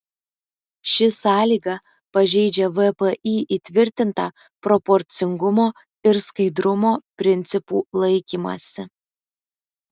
ši sąlyga pažeidžia vpį įtvirtintą proporcingumo ir skaidrumo principų laikymąsi